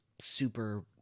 super